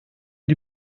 die